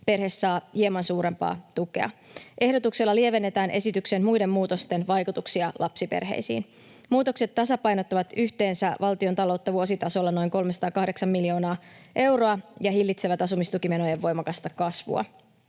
perhe saa hieman suurempaa tukea. Ehdotuksella lievennetään esityksen muiden muutosten vaikutuksia lapsiperheisiin. Muutokset tasapainottavat valtiontaloutta vuositasolla yhteensä noin 308 miljoonaa euroa ja hillitsevät asumistukimenojen voimakasta kasvua.